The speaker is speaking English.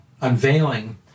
unveiling